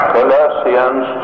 Colossians